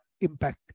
impact